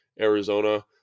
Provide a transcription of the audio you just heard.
Arizona